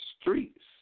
streets